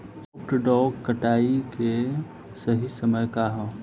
सॉफ्ट डॉ कटाई के सही समय का ह?